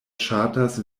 ŝatas